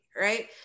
right